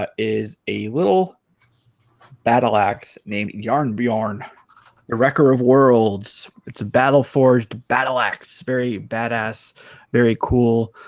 but is a little battle ax named yarn bjorn the wrecker of worlds it's a battle forged battle ax very badass very cool